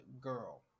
girl